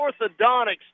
Orthodontics